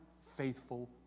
faithful